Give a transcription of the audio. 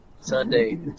Sunday